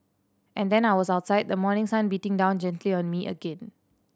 and then I was outside the morning sun beating down gently on me again